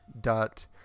dot